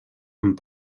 amb